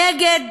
נגד